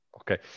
Okay